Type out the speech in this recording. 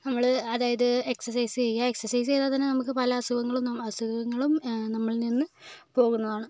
നമ്മൾ അതായത് എക്സസൈസ് ചെയ്യുക എക്സസൈസ് ചെയ്താൽ തന്നെ നമുക്ക് പല അസുഖങ്ങളും ഒന്നും അസുഖങ്ങളും നമ്മളിൽ നിന്ന് പോകുന്നതാണ്